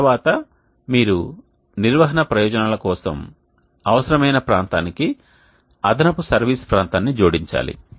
తర్వాత మీరు నిర్వహణ ప్రయోజనాల కోసం అవసరమైన ప్రాంతానికి అదనపు సర్వీస్ ప్రాంతాన్ని జోడించాలి